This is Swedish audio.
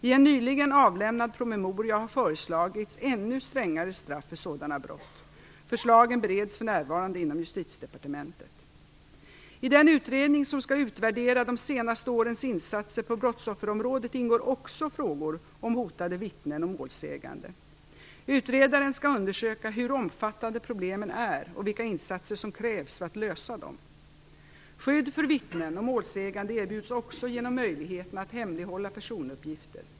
I en nyligen avlämnad promemoria har föreslagits ännu strängare straff för sådana brott. Förslagen bereds för närvarande inom Justitiedepartementet. I den utredning som skall utvärdera de senaste årens insatser på brottsofferområdet ingår också frågor om hotade vittnen och målsägande. Utredaren skall undersöka hur omfattande problemen är och vilka insatser som krävs för att lösa dem. Skydd för vittnen och målsägande erbjuds också genom möjligheterna att hemlighålla personuppgifter.